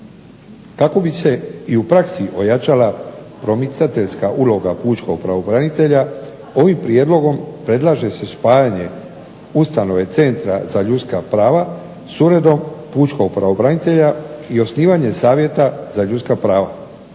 Kako bi se i u praksi ojačala promicateljska uloga pučkog pravobranitelja ovim prijedlogom predlaže se spajanje ustanove Centra za ljudska prava s Uredom pučkog pravobranitelja i osnivanje savjeta za ljudska prava.